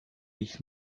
ich